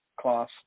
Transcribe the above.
class